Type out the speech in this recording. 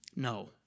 no